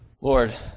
Lord